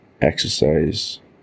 exercise